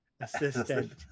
assistant